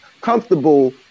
comfortable